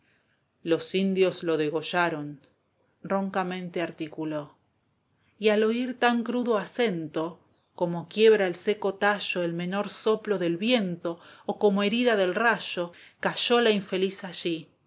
los indios lo degollaron roncamente articuló y al oir tan crudo acento como quiebra al seco tallo el menor soplo de viento o como herida del rayo cayó la infeliz allí